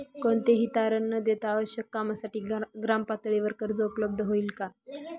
कोणतेही तारण न देता आवश्यक कामासाठी ग्रामपातळीवर कर्ज उपलब्ध होईल का?